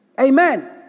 Amen